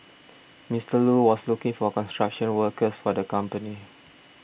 Mister Lu was looking for construction workers for the company